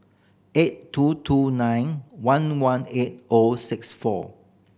eight two two nine one one eight O six four